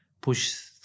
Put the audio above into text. push